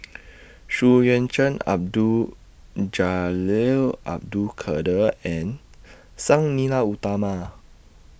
Xu Yuan Zhen Abdul Jalil Abdul Kadir and Sang Nila Utama